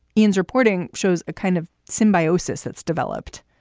ian's reporting shows a kind of symbiosis that's developed.